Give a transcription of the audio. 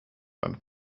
beim